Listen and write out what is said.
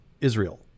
Israel